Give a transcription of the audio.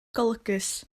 golygus